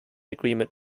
agreement